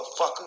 motherfucker